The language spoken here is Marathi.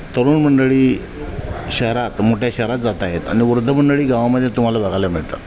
तरुण मंडळी शहरात मोठ्या शहरात जात आहेत आणि वृद्ध मंडळी गावामध्ये तुम्हाला बघायला मिळतात